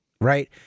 Right